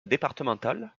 départementale